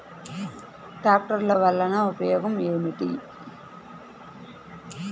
ట్రాక్టర్లు వల్లన ఉపయోగం ఏమిటీ?